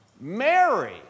Mary